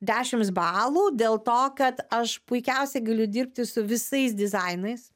dešims balų dėl to kad aš puikiausiai galiu dirbti su visais dizainais